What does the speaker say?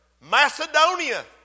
Macedonia